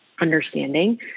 understanding